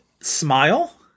Smile